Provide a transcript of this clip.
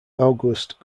august